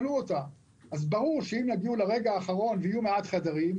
אז ברור שאם יגיעו לרגע האחרון ויהיו מעט חדרים,